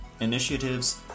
Initiatives